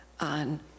on